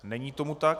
Není tomu tak.